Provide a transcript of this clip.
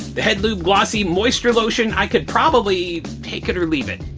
the head lube glossy moisture lotion i could probably take it or leave it.